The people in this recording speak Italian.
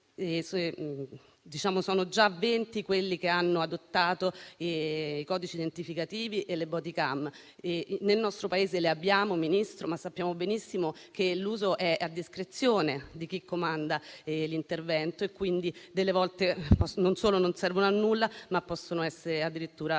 sono già venti quelli che hanno adottato i codici identificativi e le *bodycam*; Nel nostro Paese le abbiamo, ma sappiamo benissimo che l'uso è a discrezione di chi comanda l'intervento e quindi delle volte non solo non servono a nulla, ma possono essere addirittura controproducenti.